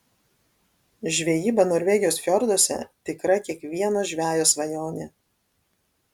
žvejyba norvegijos fjorduose tikra kiekvieno žvejo svajonė